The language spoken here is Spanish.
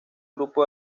grupo